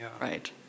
right